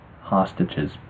hostages